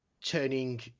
turning